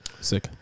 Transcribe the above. Sick